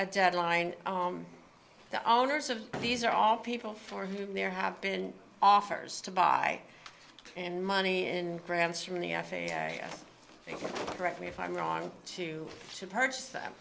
a deadline the owners of these are all people for whom there have been offers to buy and money in grants from the f a a correct me if i'm wrong to purchase them